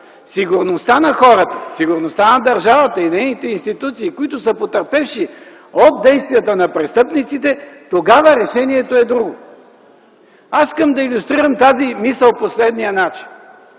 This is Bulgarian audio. сигурността на хората, сигурността на държавата и нейните институции, които са потърпевши от действията на престъпниците, тогава решението е друго. Искам да илюстрирам тази мисъл по следния начин.